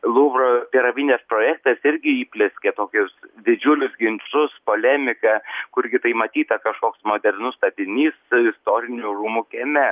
luvro piramidės projektas irgi įplieskė tokius didžiulius ginčus polemiką kurgi tai matyta kažkoks modernus statinys istorinių rūmų kieme